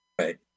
Right